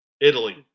Italy